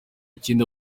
ikindi